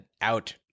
out